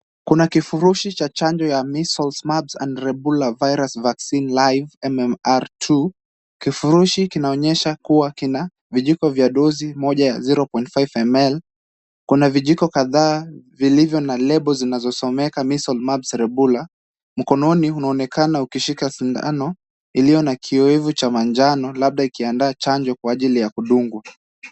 Kuna kifurushi cha chanjo ya Measles, mumps and rubella virus vaccine live MMR-2 . Kifurushi kinaonyesha kuwa kina vijiko vya dozi moja ya 0.5 ml , kuna vijiko kadhaa vilivyo na lebo zinazosomeka Measles, mumps, rubella . Mkononi unaonekana ukishika sindano iliyo na kioevu cha manjano, labda ikiandaa chanjo kwa ajili ya kudungwa.